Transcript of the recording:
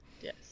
Yes